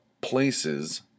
places